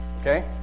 Okay